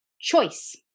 choice